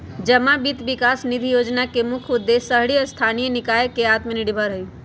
जमा वित्त विकास निधि जोजना के मुख्य उद्देश्य शहरी स्थानीय निकाय के आत्मनिर्भर हइ